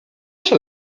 się